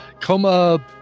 Coma